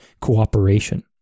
cooperation